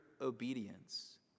obedience